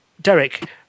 Derek